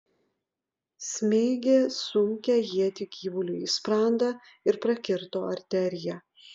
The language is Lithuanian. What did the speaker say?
smeigė sunkią ietį gyvuliui į sprandą ir prakirto arteriją